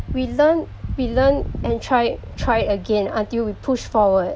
we learn we learn and try try again until we pushed forward